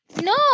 No